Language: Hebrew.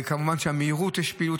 כמובן שבמהירות יש פעילות,